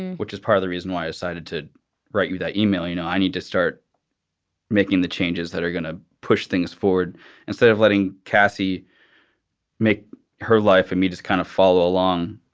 which is part of the reason why decided to write you that e-mail. you know, i need to start making the changes that are going to push things forward instead of letting cassie make her life and me just kind of follow along.